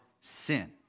sin